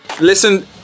Listen